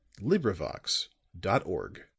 LibriVox.org